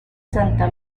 santa